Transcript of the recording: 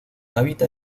habita